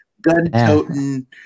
gun-toting